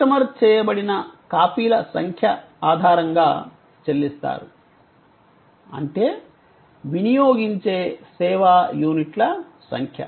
customer చేయబడిన కాపీల సంఖ్య ఆధారంగా చెల్లిస్తారు అంటే వినియోగించే సేవా యూనిట్ల సంఖ్య